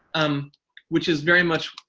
um which is very much,